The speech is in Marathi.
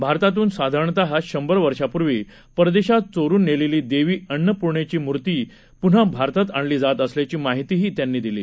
भारतातून साधारण शंभर वर्षापूर्वी परदेशात चोरून नेलेली देवी अन्नप्र्णेची मूर्ती प्न्हा भारतात आणली जात असल्याची माहितीही त्यांनी दिली